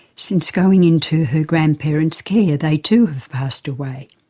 since going into her grandparents' care they too have passed away.